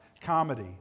comedy